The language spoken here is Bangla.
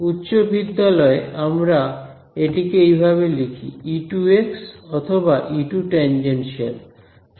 উচ্চ বিদ্যালয় এ আমরা এটিকে এইভাবে লিখি x অথবা টেনজেনশিয়াল